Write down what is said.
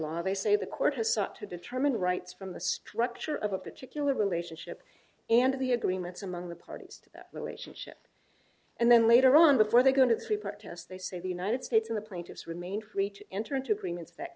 law they say the court has sought to determine rights from the structure of a particular relationship and of the agreements among the parties to the ration ship and then later on before they go to three protests they say the united states in the plaintiff's remained reach enter into agreements that